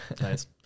Nice